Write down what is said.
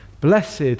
Blessed